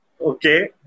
Okay